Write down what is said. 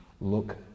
look